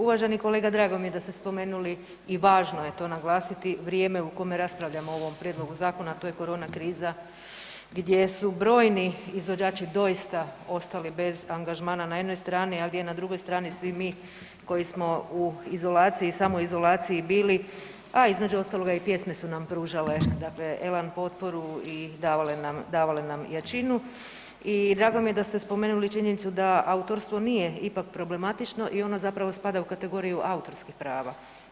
Uvaženi kolega drago mi je da ste spomenuli i važno je to naglasiti vrijeme u kome raspravljamo o ovom prijedlogu zakona, a to je korona kriza gdje su brojni izvođači doista ostali bez angažmana na jednoj strani, a gdje na drugoj strani svi mi koji smo u izolaciji, samoizolaciji bili, a između ostaloga i pjesme su nam pružale dakle elan, potporu i davale nam, davale nam jačinu i drago mi je da ste spomenuli činjenicu da autorstvo nije ipak problematično i ono zapravo spada u kategoriju autorskih prava.